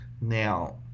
now